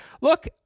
look